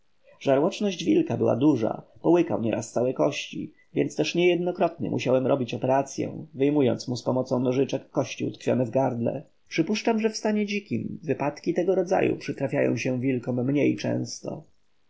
żarłoczność wilka była duża połykał nieraz całe kości więc też niejednokrotnie musiałem robić operacyę wyjmując mu za pomocą nożyczek kość utkwioną w gardle przypuszczam że w stanie dzikim wypadki tego rodzaju przytrafiają się wilkom mniej często